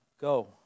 go